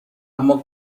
اما